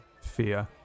fear